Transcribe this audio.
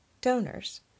donors